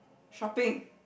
shopping